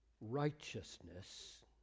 righteousness